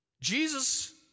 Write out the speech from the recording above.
Jesus